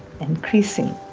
and creasing.